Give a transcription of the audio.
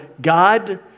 God